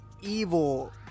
evil